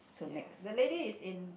ya the lady is in